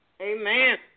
Amen